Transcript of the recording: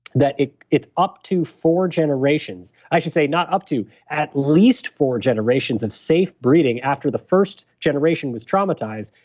that it's up to four generations, i should say not up to, at least four generations of safe breeding after the first generation was traumatized,